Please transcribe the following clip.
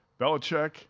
Belichick